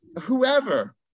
whoever